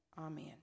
Amen